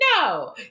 no